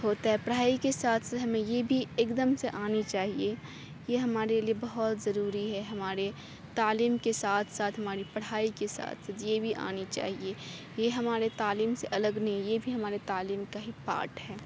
ہوتا ہے پڑھائی کے ساتھ ہمیں یہ بھی ایک دم سے آنی چاہیے یہ ہمارے لیے بہت ضروی ہے ہمارے تعلیم کے ساتھ ساتھ ہماری پڑھائی کے ساتھ یہ بھی آنی چاہیے یہ ہمارے تعلیم سے الگ نہیں یہ بھی ہمارے تعلیم کا ہی پارٹ ہے